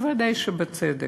בוודאי שבצדק.